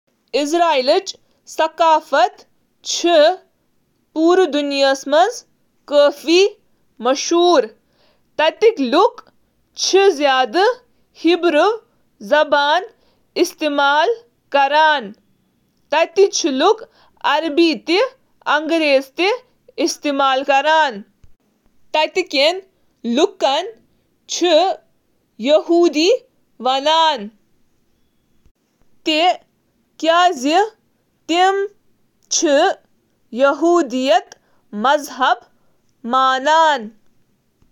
اسرائیلچ ثقافت چِھ یہودی ثقافتس سۭتۍ قریبی تعلق تھوان تہٕ تارکین وطن تہٕ صہیونی تحریکچ یہودی تٲریخس منٛز چِھ جڑتھ۔ اسرائیلی ثقافتس منٛز چُھ اکھ اجتماعی معاشرٕ موجود یتھ منٛز گروپ، خاص طورس پیٹھ خاندان، پننن انفرادی ارکانن کھوتہٕ زیادٕ قدر چِھ تھوان۔